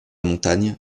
montagne